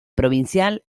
provincial